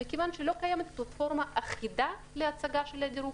מכיוון שלא קיימת פלטפורמה אחידה להצגה של הדירוג.